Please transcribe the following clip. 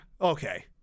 okay